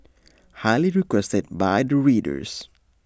highly requested by the readers